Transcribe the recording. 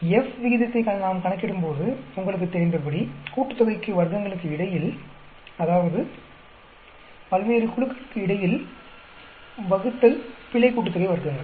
F விகிதத்தை நாம் கணக்கிடும்போது உங்களுக்குத் தெரிந்தபடி கூட்டுத்தொகைக்கு வர்க்கங்களுக்கு இடையில் அதாவது பல்வேறு குழுக்களுக்கு இடையில் பிழை கூட்டுத்தொகை வர்க்கங்கள்